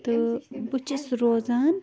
تہٕ بہٕ چھَس روزان